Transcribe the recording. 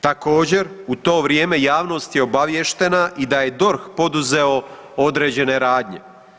Također u to vrijeme javnost je obaviještena i da je DORH poduzeo određene radnje.